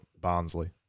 barnsley